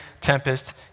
tempest